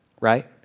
Right